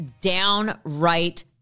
downright